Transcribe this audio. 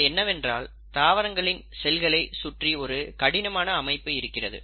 அது என்னவென்றால் தாவரங்களின் செல்களை சுற்றி ஒரு கடினமான அமைப்பு இருக்கிறது